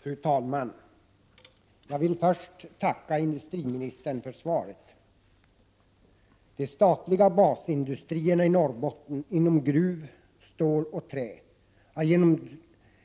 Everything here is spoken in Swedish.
Fru talman! Jag vill först tacka industriministern för svaret. De statliga basindustrierna i Norrbotten inom gruv-, ståloch träbranschen har genom